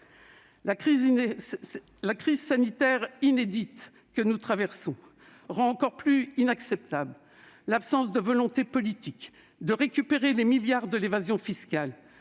La crise sanitaire inédite que nous traversons rend encore plus inacceptable l'absence de volonté politique de récupérer les milliards d'euros de l'évasion fiscale,